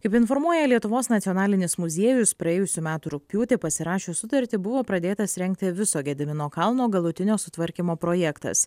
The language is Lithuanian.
kaip informuoja lietuvos nacionalinis muziejus praėjusių metų rugpjūtį pasirašius sutartį buvo pradėtas rengti viso gedimino kalno galutinio sutvarkymo projektas